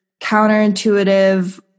counterintuitive